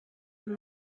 have